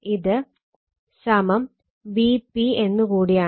ഇത് Vp എന്ന് കൂടിയാണ്